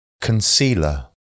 Concealer